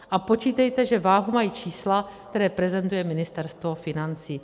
A počítejte, že váhu mají čísla, která prezentuje Ministerstvo financí.